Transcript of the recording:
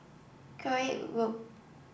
Koek Road